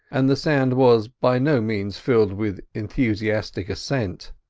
and the sound was by no means filled with enthusiastic assent.